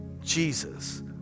Jesus